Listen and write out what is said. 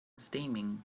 steaming